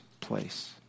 place